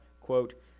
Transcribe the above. quote